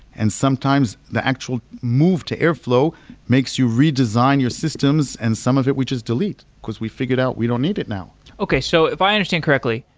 and sometimes the actual move to airflow makes you redesign your systems and some of it which is delete, because we figured out we don't need it now okay, so if i understand correctly,